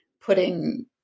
putting